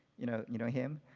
you know you know him?